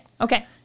okay